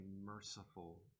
merciful